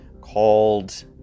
called